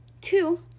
two